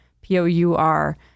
P-O-U-R